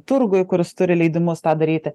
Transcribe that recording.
turguj kuris turi leidimus tą daryti